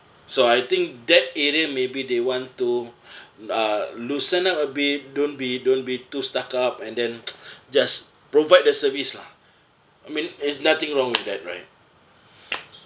so I think that area maybe they want to uh loosen up a bit don't be don't be too stuck up and then just provide the service lah I mean it nothing wrong with that right